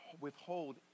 withhold